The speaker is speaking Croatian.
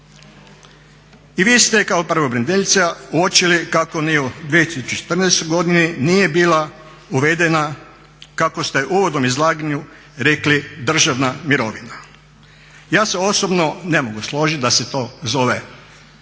I vi ste kao pravobraniteljica uočili kako ni u 2014. godini nije bila uvedena kako ste u uvodnom izlaganju rekli državna mirovina. Ja se osobno ne mogu složiti da se to zove državna